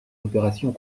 opérations